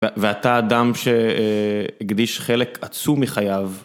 ואתה אדם שהקדיש חלק עצום מחייו.